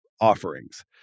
offerings